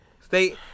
Stay